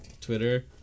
Twitter